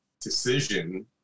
decision